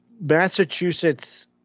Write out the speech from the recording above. Massachusetts